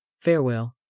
Farewell